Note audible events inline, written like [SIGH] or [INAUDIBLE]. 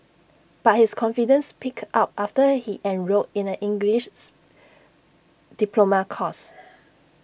but his confidence picked up after he enrolled in A English [UNINTELLIGIBLE] diploma course